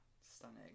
stunning